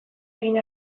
egin